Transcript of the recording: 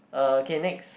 uh okay next